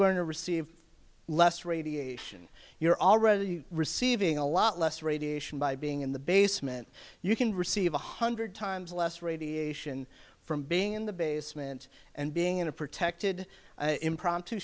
going to receive less radiation you're already receiving a lot less radiation by being in the basement you can receive one hundred times less radiation from being in the basement and being in a protected impromptu